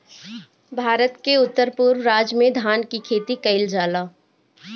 भारत के उत्तर पूरब राज में धान के खेती कईल जाला